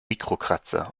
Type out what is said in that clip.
mikrokratzer